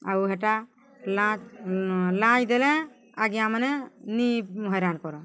ଆଉ ହେଟା ଲାଞ୍ଚ୍ ଲାଞ୍ଚ୍ ଦେଲେ ଆଜ୍ଞାମାନେ ନି ହଇରାଣ୍ କରନ୍